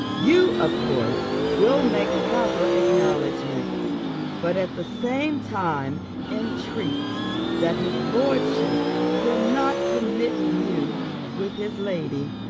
you of course will make proper acknowledgments but at the same time entreat that his lordship will not commit you with his lady,